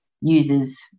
users